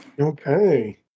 Okay